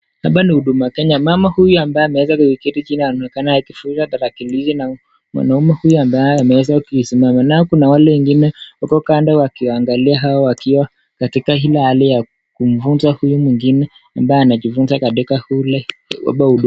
Hapa ni huduma Kenya, mama huyu anaonekana akitumia talakilishi na mwanume huyu ambaye ameeza kusimama, na kuna wale wengine wakiwa kando wakiangalia hao wakiwa kwa hali ya kumfunza huyu mwingine ambaye anajifunza katika uile huduma.